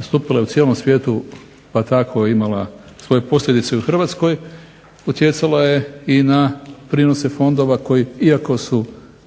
stupila u cijelom svijetu pa tako je imala svoje posljedice u Hrvatskoj, utjecala je i na prinose fondova koji iako su još